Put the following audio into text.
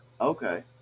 Okay